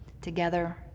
together